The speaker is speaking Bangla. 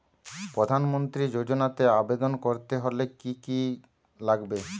প্রধান মন্ত্রী যোজনাতে আবেদন করতে হলে কি কী লাগবে?